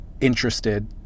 interested